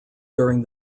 during